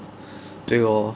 对 lor